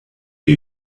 che